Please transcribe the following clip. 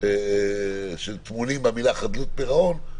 שטמונים במילה חדלות פירעון.